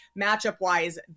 matchup-wise